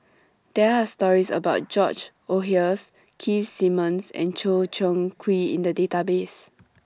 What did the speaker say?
There Are stories about George Oehlers Keith Simmons and Choo Seng Quee in The Database